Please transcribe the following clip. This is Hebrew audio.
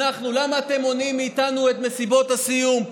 למה אתם מונעים מאיתנו את מסיבות הסיום?